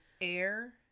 air